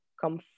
come